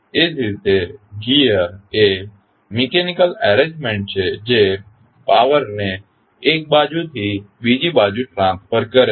એ જ રીતે ગિઅર એ મિકેનીકલ એરેન્જમેન્ટ છે જે પાવર ને એક બાજુથી બીજી બાજુ ટ્રાન્સફર કરે છે